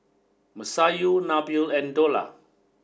Masayu Nabil and Dollah